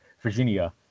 Virginia